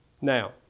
Now